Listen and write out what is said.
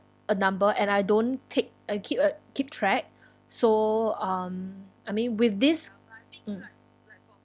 a number and I don't take uh keep uh keep track so um I mean with this mm